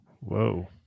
Whoa